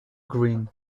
green